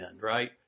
right